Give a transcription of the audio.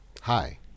hi